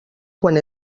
quan